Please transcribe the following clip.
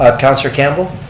um councilor campbell.